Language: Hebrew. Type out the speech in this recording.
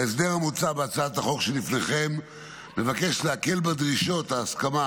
ההסדר המוצע בהצעת החוק שלפניכם מבקש להקל בדרישות ההסכמה